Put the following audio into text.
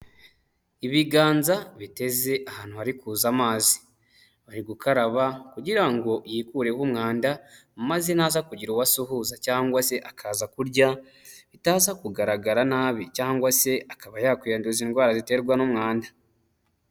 Ibiganza biteze ahantu hari kuza amazi, ari gukaraba kugira ngo yikureho umwanda maze naza kugira uwo asuhuza cyangwa se akaza kurya bitaza kugaragara nabi cyangwa se akaba yakwiyanduza indwara ziterwa n'umwanda.